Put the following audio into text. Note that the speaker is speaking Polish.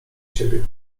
siebie